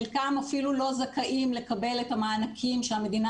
חלקם אפילו לא זכאים לקבל את המענקים שהמדינה